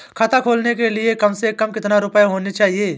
खाता खोलने के लिए कम से कम कितना रूपए होने चाहिए?